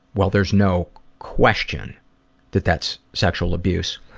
well, there's no question that that's sexual abuse.